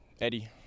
Eddie